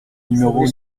numéro